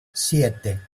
siete